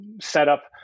setup